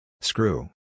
Screw